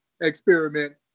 experiment